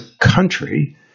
country –